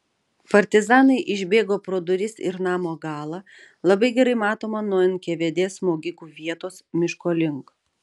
partizanai išbėgo pro duris ir namo galą labai gerai matomą nuo nkvd smogikų vietos miško link